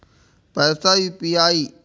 पैसा यू.पी.आई?